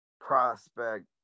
prospect